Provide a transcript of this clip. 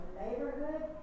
neighborhood